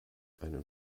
einen